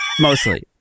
Mostly